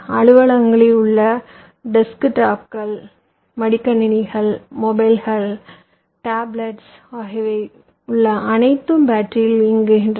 அலுவலகங்களில் உள்ள டெஸ்க்டாப்புகள் மடிக்கணினிகள் மொபைல்கள் டேப்லெட்டுகள் ஆகியவற்றில் உள்ள அனைத்தும் பேட்டரிகளில் இயங்குகின்றன